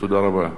תודה רבה.